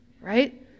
right